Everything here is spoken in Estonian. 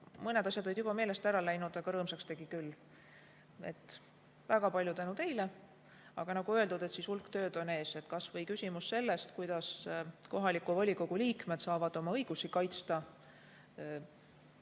Mõned asjad olid juba meelest ära läinud, aga rõõmsaks tegid küll. Väga palju tänu teile, aga nagu öeldud, hulk tööd on ees, kas või küsimus sellest, kuidas kohaliku volikogu liikmed saavad oma õigusi kaitsta.